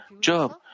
Job